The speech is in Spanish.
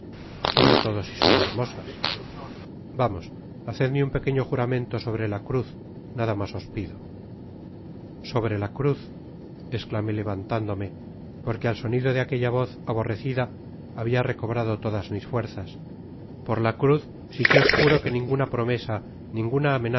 sobre todo si son hermosas vamos hacedme un pequeño juramento sobre la cruz nada mas os pido content from google book search generated at sobre la cruz esclamé levantándome porque al sonido de aquella voz aborrecida habia recobrado todas mis fuerzas por la cruz si que os juro que ninguna promesa ninguna